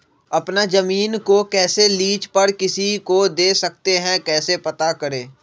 अपना जमीन को कैसे लीज पर किसी को दे सकते है कैसे पता करें?